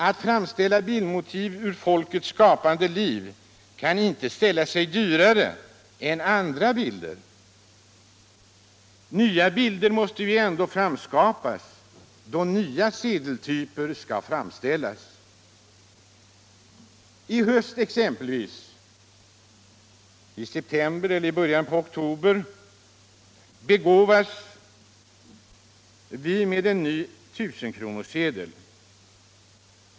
Att framställa bildmotiv ur folkets skapande liv kan inte ställa sig dyrare än att göra andra bilder. Nya bildmotiv måste ändå framskapas då nya sedeltyper skall framställas. I höst exempelvis, i september eller i början på oktober, begåvas vi med en ny tusenkronorssedel.